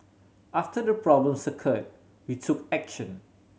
after the problems occurred we took action